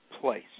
place